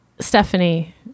Stephanie